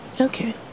okay